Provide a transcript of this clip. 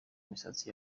imisatsi